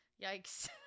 Yikes